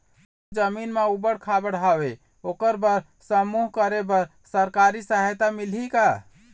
मोर जमीन म ऊबड़ खाबड़ हावे ओकर बर समूह करे बर सरकारी सहायता मिलही का?